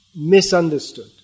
Misunderstood